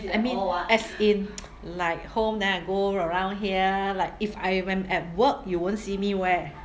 I mean as in like home then I go around here like if I when at work you won't see me wear